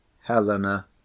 Helena